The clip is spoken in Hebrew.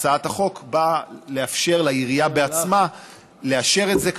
הצעת החוק באה לאפשר לעירייה לאשר את זה בעצמה.